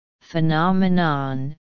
phenomenon